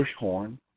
Bushhorn